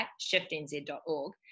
shiftnz.org